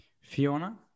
Fiona